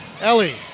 Ellie